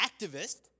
activist